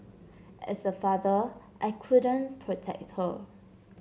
as a father I couldn't protect her